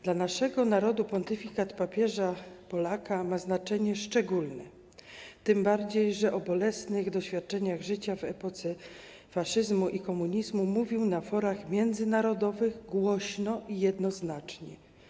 Dla naszego narodu pontyfikat papieża Polaka ma znaczenie szczególne, tym bardziej że o bolesnych doświadczeniach życia w epoce faszyzmu i komunizmu mówił na forach międzynarodowych głośno i jednoznacznie.